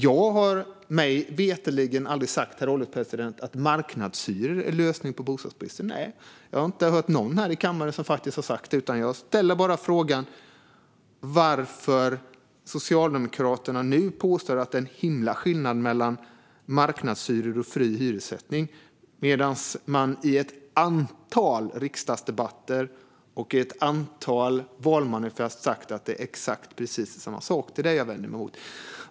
Jag har mig veterligen aldrig sagt att marknadshyror är lösningen på bostadsbristen. Jag har inte hört någon här i kammaren som har sagt det. Jag ställer bara en fråga om varför Socialdemokraterna nu påstår att det är en himla skillnad mellan marknadshyror och fri hyressättning. I ett antal riksdagsdebatter och valmanifest har man ju sagt att det är exakt samma sak. Det är detta jag vänder mig mot.